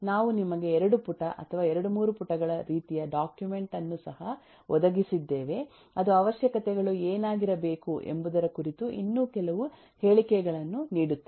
ನಾವು ನಿಮಗೆ 2 ಪುಟ 2 3 ಪುಟಗಳ ರೀತಿಯ ಡಾಕ್ಯುಮೆಂಟ್ ಅನ್ನು ಸಹ ಒದಗಿಸಿದ್ದೇವೆ ಅದು ಅವಶ್ಯಕತೆಗಳು ಏನಾಗಿರಬೇಕು ಎಂಬುದರ ಕುರಿತು ಇನ್ನೂ ಕೆಲವು ಹೇಳಿಕೆಗಳನ್ನು ನೀಡುತ್ತದೆ